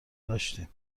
داشتیم